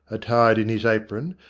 attired in his apron,